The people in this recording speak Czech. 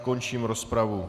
Končím rozpravu.